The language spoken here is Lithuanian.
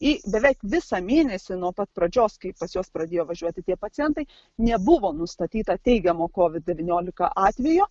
į beveik visą mėnesį nuo pat pradžios kai pas juos pradėjo važiuoti tie pacientai nebuvo nustatyta teigiamo kovid devyniolika atvejo